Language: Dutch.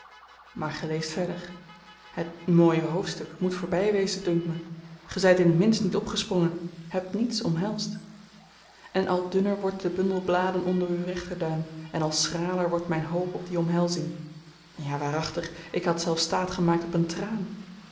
maar ge leest verder het mooie hoofdstuk moet voorby wezen dunkt me ge zyt in t minst niet opgesprongen hebt niets omhelsd en al dunner wordt de bundel bladen onder uw rechterduim en al schraler wordt myn hoop op die omhelzing ja waarachtig ik had zelfs staat gemaakt op een traan